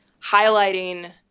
highlighting